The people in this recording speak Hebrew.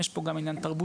יש פה גם עניין תרבותי,